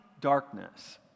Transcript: darkness